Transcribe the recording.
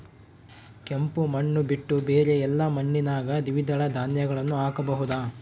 ಕೆಂಪು ಮಣ್ಣು ಬಿಟ್ಟು ಬೇರೆ ಎಲ್ಲಾ ಮಣ್ಣಿನಾಗ ದ್ವಿದಳ ಧಾನ್ಯಗಳನ್ನ ಹಾಕಬಹುದಾ?